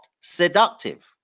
seductive